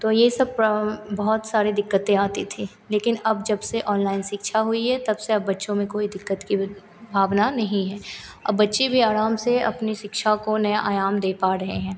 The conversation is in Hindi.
तो ये सब बहुत सारी दिक़्क़तें आती थी लेकिन अब जब से ऑनलाइन शिक्षा हुई है तब से अब बच्चों में कोई दिक़्क़त की भी भावना नहीं है अब बच्चे भी आराम से अपनी शिक्षा को नया आयाम दे पा रहे हैं